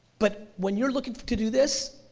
but when you're looking to do this,